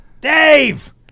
Dave